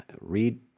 Read